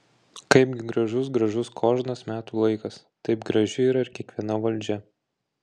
kaipgi gražus gražus kožnas metų laikas taip graži yra ir kiekviena valdžia